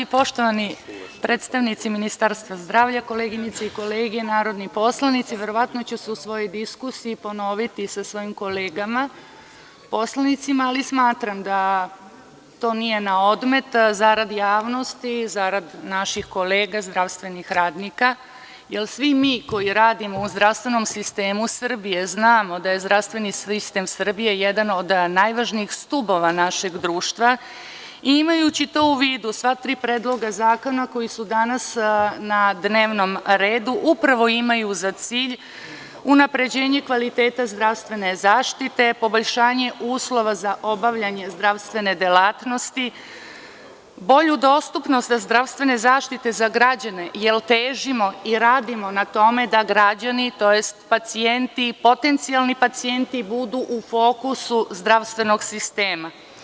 Poštovani predstavnici Ministarstva zdravlja, koleginice i kolege narodni poslanici, verovatno ću se u svojoj diskusiji ponoviti sa svojim kolegama poslanicima, ali smatram da to nije na odmet zarad javnosti, zarad naših kolega zdravstvenih radnika, jer svi mi koji radimo u zdravstvenom sistemu Srbije znamo da je zdravstveni sistem Srbije jedan od najvažnijih stubova našeg društva i imajući to u vidu, sva tri predloga zakona koji su danas na dnevnom redu, upravo imaju za cilj unapređenje kvaliteta zdravstvene zaštite, poboljšanje uslova za obavljanje zdravstvene delatnosti, bolju dostupnost zdravstvene zaštite za građane, jer težimo i radimo na tome da građani, tj. pacijenti, potencijalni pacijenti budu u fokusu zdravstvenog sistema.